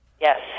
Yes